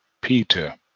Peter